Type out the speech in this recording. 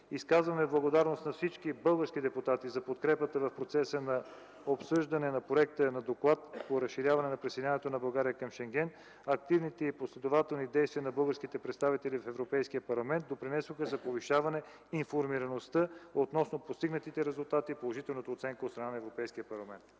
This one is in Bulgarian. Изказваме благодарност на всички български депутати за подкрепата в процеса на обсъждане на проекта на Доклад по присъединяването на България по Шенген. Активните и последователни действия на българските представители в Европейския парламент допринесоха за повишаване информираността относно постигнатите резултати и положителната оценка от страна на Европейския парламент.